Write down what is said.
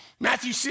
Matthew